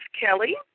Kelly